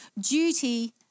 duty